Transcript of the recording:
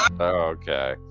Okay